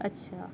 اچھا